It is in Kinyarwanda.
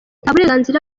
burenganzira